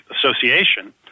Association